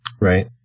Right